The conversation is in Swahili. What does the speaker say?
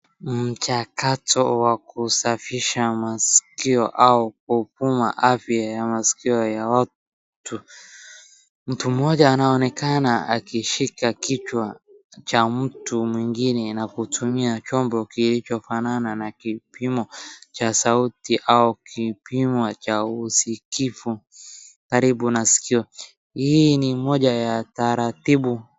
Mchakato wa kusafisha masikio au kupima afya ya masikio ya watu. Mtu mmoja anaonekana akishika kichwa cha mtu mwingine na kutumia chombo kilichofanana na kipimo cha sauti au kipimo cha usikifu karibu na sikio. Hii ni moja ya taratibu.